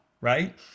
Right